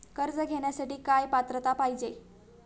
कर्ज घेण्यासाठी काय पात्रता पाहिजे?